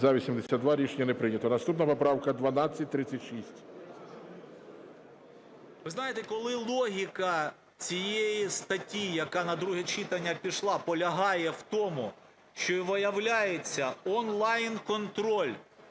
За-82 Рішення не прийнято. Наступна поправка 1236. 14:27:06 СОБОЛЄВ С.В. Ви знаєте, коли логіка цієї статті, яка на друге читання пішла, полягає в тому, що, виявляється, онлайн-контроль